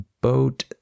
boat